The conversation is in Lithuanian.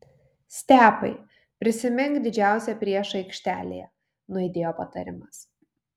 stepai prisimink didžiausią priešą aikštelėje nuaidėjo patarimas